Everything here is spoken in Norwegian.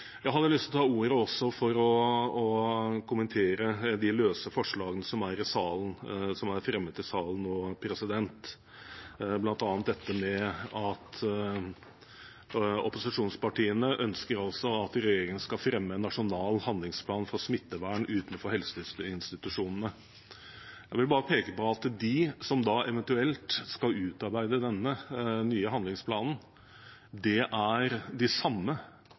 Jeg hadde lyst til å ta ordet også for å kommentere de løse forslagene som er fremmet i salen nå, bl.a. dette med at opposisjonspartiene altså ønsker at regjeringen skal fremme en nasjonal handlingsplan for smittevern utenfor helseinstitusjonene. Jeg vil bare peke på at de som da eventuelt skal utarbeide denne nye handlingsplanen, er de samme